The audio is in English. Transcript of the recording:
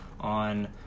on